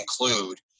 include